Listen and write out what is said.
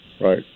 Right